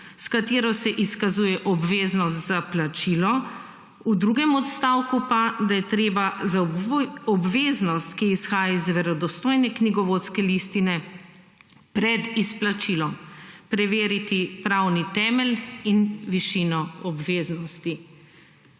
s katero se izkazuje obveznost za plačilo v drugem odstavku pa, da je treba za obveznost, ki izhaja iz verodostojne knjigovodske listine pred izplačilom preveriti pravni temelj in višino obveznosti.